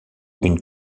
une